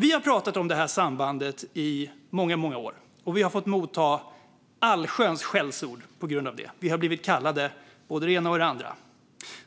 Vi har pratat om det här sambandet i många, många år, och vi har fått motta allsköns skällsord på grund av det. Vi har blivit kallade både det ena och det andra.